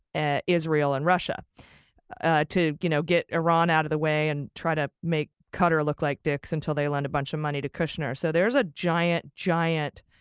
and israel and russia ah to you know get iran out of the way and try to make qatar look like dicks until they lend a bunch of money to kushner. so there is a giant, giant,